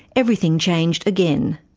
everything changed again.